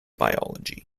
biology